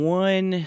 one